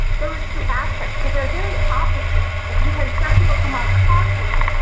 those two aspects? cause they're very opposite because some people come off cocky,